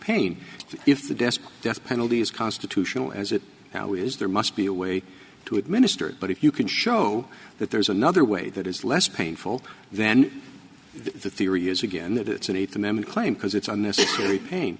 pain if the desk death penalty is constitutional as it now is there must be a way to administer it but if you can show that there's another way that is less painful then the theory is again that it's an eighth amendment claim because it's unnecessary pain